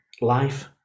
life